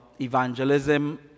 evangelism